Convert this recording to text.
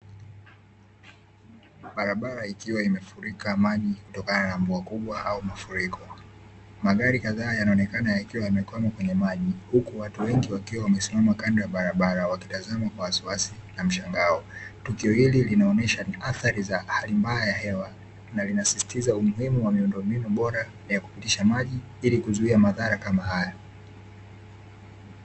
Barabara ikiwa imefurika maji kutokana na mvua kubwa au mafuriko. Magari kadhaa yanaonekana yakiwa yamekwama kwenye maji, huku watu wengi wakiwa wamesimama kando ya barabara wakitizama kwa wasiwasi na mshangao. Tukio hili linaonyesha ni athari za hali mbaya ya hewa na linasisitiza umuhimu wa miundombinu bora ya kupitisha maji ili kuzuia madhara kama haya.